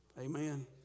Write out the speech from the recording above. Amen